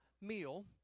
meal